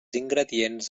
ingredients